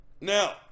now